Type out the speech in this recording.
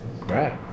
right